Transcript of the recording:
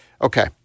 okay